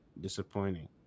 disappointing